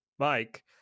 Mike